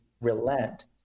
relent